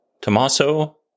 Tommaso